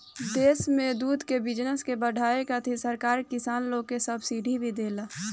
देश में दूध के बिजनस के बाढ़ावे खातिर सरकार किसान लोग के सब्सिडी भी देला